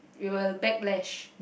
you'll backlash